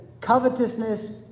covetousness